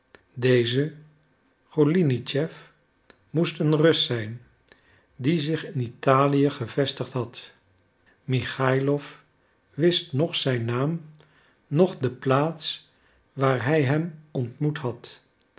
deze golinitschef moest een rus zijn die zich in italië gevestigd had michaïlof wist noch zijn naam noch de plaats waar hij hem ontmoet had